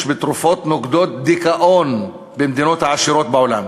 בתרופות נוגדות דיכאון במדינות העשירות בעולם.